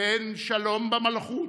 תן שלום במלכות.